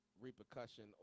Repercussion